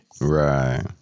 Right